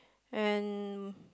and